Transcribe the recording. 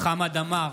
חמד עמאר,